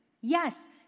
Yes